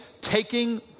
taking